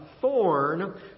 thorn